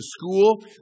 school